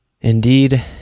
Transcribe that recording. Indeed